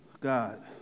God